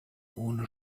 ohne